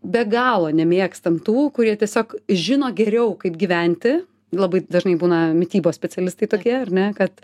be galo nemėgstam tų kurie tiesiog žino geriau kaip gyventi labai dažnai būna mitybos specialistai tokie ar ne kad